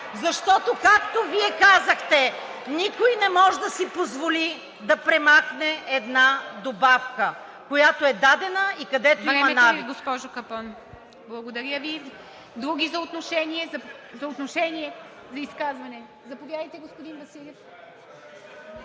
Защото, както Вие казахте, никой не може да си позволи да премахне една добавка, която е дадена и където има навик. ПРЕДСЕДАТЕЛ ИВА МИТЕВА: Времето Ви, госпожо Капон. Благодаря Ви. Други за отношение? За изказвания? Заповядайте, господин Василев.